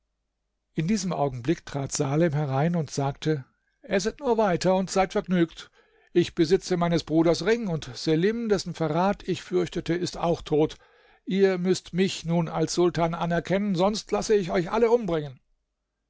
in diesem augenblick trat salem herein und sagte esset nur weiter und seid vergnügt ich besitze meines bruders ring und selim dessen verrat ich fürchtete ist auch tot ihr müßt mich nun als sultan anerkennen sonst lasse ich euch alle umbringen